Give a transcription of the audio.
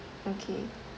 okay